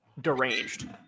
Deranged